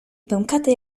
pękatej